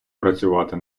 працювати